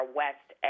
west